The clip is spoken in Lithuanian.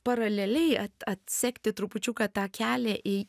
paraleliai at atsekti trupučiuką tą kelią į